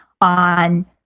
on